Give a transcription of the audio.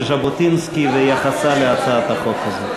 מה היה ז'בוטינסקי אומר על ההצעה הזאת,